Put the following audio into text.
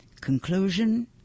Conclusion